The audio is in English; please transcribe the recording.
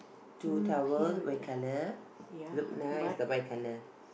two towel white colour look nice the white colour